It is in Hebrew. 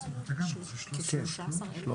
אנחנו מצפים ומפצירים גם בגופים אחרים לראות